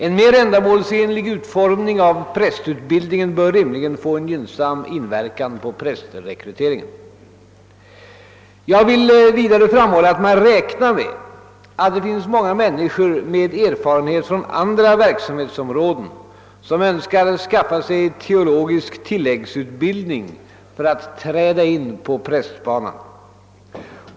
En mer ändamålsenlig utformning av prästutbildningen bör rimligen få en gynnsam inverkan på prästrekryteringen. Jag vill vidare framhålla att man räknar med att det finns många människor med erfarenhet från andra verksamhetsområden som önskar skaffa sig teologisk tilläggsutbildning för att träda in på prästbanan.